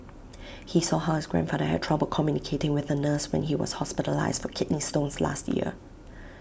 he saw how his grandfather had trouble communicating with A nurse when he was hospitalised for kidney stones last year